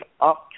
up